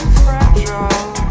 fragile